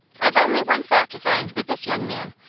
i've only one fault to find with this young man,